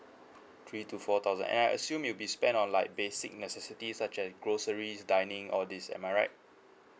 three to four thousand and I assume you'd be spend on like basic necessities such as groceries dining all these am I right